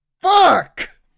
Fuck